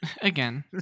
again